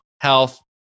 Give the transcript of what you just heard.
health